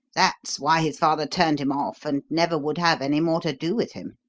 that's why his father turned him off and never would have any more to do with him.